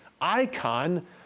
icon